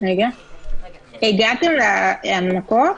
הגעתם להנמקות?